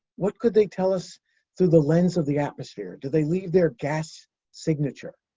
what could they tell us through the lens of the atmosphere? do they leave their gas signature?